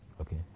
Okay